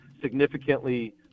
significantly